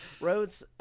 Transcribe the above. roads